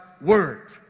word